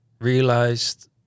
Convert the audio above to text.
realized